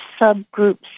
subgroups